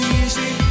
easy